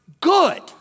Good